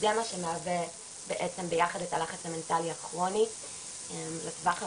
זה מה שמהווה בעצם ביחד את הלחץ המנטלי הכרוני לטווח הרחוק.